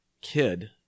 kid